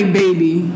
baby